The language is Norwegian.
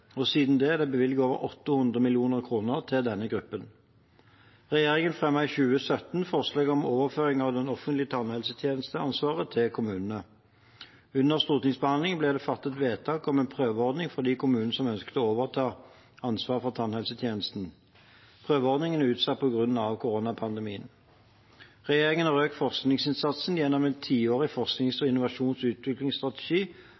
og siden er det bevilget over 800 mill. kr til denne gruppen. Regjeringen fremmet i 2017 forslag om overføring av det offentlige tannhelsetjenesteansvaret til kommunene. Under stortingsbehandlingen ble det fattet vedtak om en prøveordning for de kommunene som ønsket å overta ansvaret for tannhelsetjenesten. Prøveordningen er utsatt på grunn av koronapandemien. Regjeringen har økt forskningsinnsatsen gjennom en tiårig forsknings-,